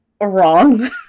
wrong